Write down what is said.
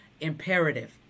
imperative